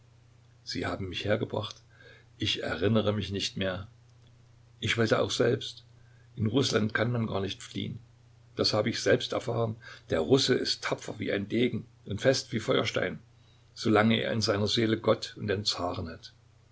sie haben mich hergebracht ich erinnere mich nicht mehr ich wollte auch selbst in rußland kann man gar nicht fliehen das habe ich selbst erfahren der russe ist tapfer wie ein degen und fest wie feuerstein solange er in seiner seele gott und den zaren hat